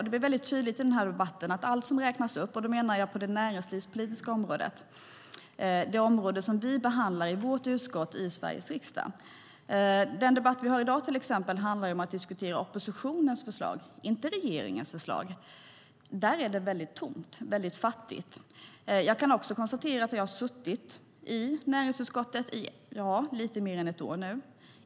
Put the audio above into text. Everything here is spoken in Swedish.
Det blir väldigt tydligt i den här debatten på det näringspolitiska området, det område som vi behandlar i vårt utskott i Sveriges riksdag. Den debatt vi har i dag till exempel handlar ju om att diskutera oppositionens förslag, inte regeringens förslag. Där är det väldigt tomt och fattigt. Jag kan också konstatera att jag har suttit i näringsutskottet i lite mer än ett år nu.